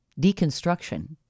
deconstruction